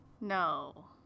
No